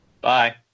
Bye